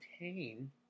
maintain